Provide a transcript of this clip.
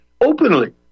openly